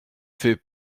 fais